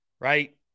right